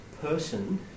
person